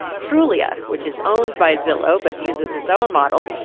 trulia, which is owned by zillow but uses its own models,